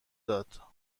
داد